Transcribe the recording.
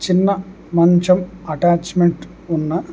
చిన్న మంచం అటాచ్మెంట్ ఉన్న